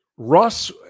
Russ